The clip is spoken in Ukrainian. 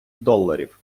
доларів